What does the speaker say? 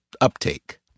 uptake